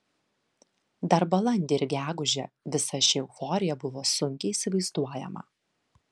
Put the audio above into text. dar balandį ir gegužę visa ši euforija buvo sunkiai įsivaizduojama